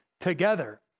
together